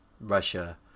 Russia